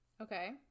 Okay